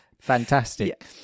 Fantastic